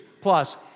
plus